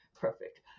perfect